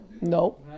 No